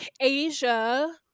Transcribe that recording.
Asia